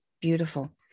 Beautiful